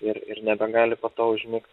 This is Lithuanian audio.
ir ir nebegali po to užmigt